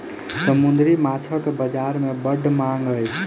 समुद्री माँछक बजार में बड़ मांग अछि